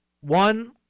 one